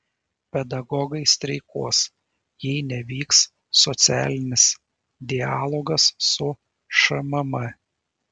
pedagogai streikuos jei nevyks socialinis dialogas su šmm